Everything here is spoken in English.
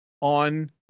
on